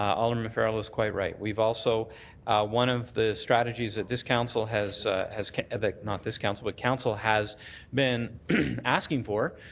alderman farrell is quite right. we've also one of the strategies that this council has has not this council, but council has been asking for,